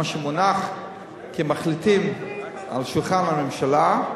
מה שמונח כהצעת מחליטים על שולחן הממשלה,